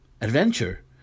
adventure